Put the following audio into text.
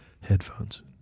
Headphones